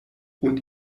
und